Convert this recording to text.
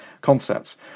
concepts